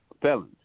felons